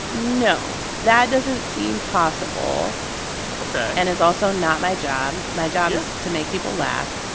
no, that doesn't seem possible ok and it's also not my job. my job is to make people laugh.